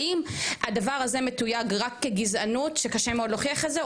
האם הדבר הזה מתויג רק כגזענות שקשה מאוד להוכיח את זה.